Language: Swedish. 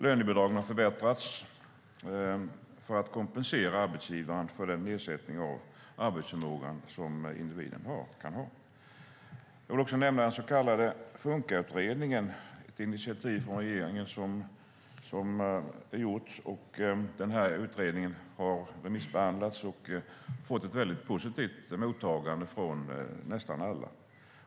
Lönebidragen har förbättrats för att kompensera arbetsgivaren för den nedsättning av arbetsförmågan som individen kan ha. Jag vill också nämna den så kallade FunkA-utredningen, ett initiativ som regeringen tog. Den utredningen har remissbehandlats och fått ett mycket positivt mottagande från nästan alla.